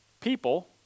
people